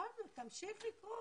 כתבנו, תמשיך לקרוא.